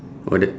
on the